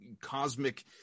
cosmic